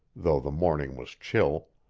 though the morning was chill.